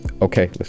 Okay